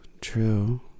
true